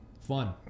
Fun